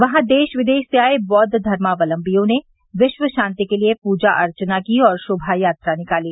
वहां देश विदेश से आए बौद्ध धर्मावलबिम्यों ने विश्व शांति के लिए पूर्जा अर्चना की और शोभायात्रा निकाली